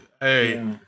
hey